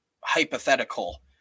hypothetical